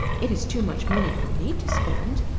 it is too much money for me to spend.